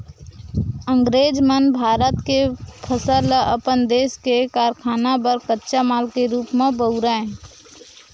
अंगरेज मन भारत के फसल ल अपन देस के कारखाना बर कच्चा माल के रूप म बउरय